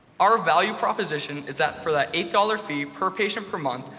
our value proposition is that for that eight dollars fee per patient per month,